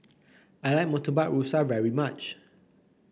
I like Murtabak Rusa very much